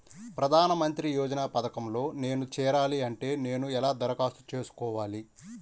ప్రధాన మంత్రి యోజన పథకంలో నేను చేరాలి అంటే నేను ఎలా దరఖాస్తు చేసుకోవాలి?